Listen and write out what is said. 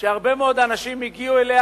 שהרבה מאוד אנשים הגיעו אליה,